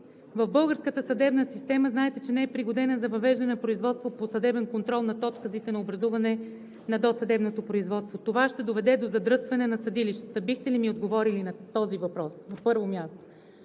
българската съдебна система, знаете, че не е пригодена за въвеждане на производства по съдебен контрол над отказите на образуване на досъдебното производство. Това ще доведе до задръстване на съдилищата. Бихте ли ми отговорили на този въпрос?